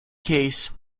case